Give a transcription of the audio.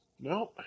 No